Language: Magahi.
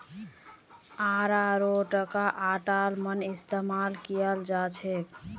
अरारोटका आटार मन इस्तमाल कियाल जाछेक